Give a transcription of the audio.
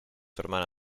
hermana